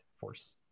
force